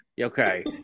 Okay